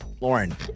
Lauren